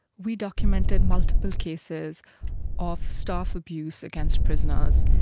we documented multiple cases of staff abuse against prisoners,